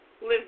live